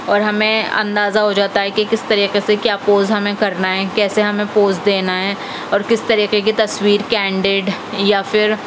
اور ہمیں اندازہ ہو جاتا ہے کہ کس طریقے سے کیا پوز ہمیں کرنا ہے کیسے ہمیں پوز دینا ہے اور کس طریقے کی تصویر کینڈیڈ یا پھر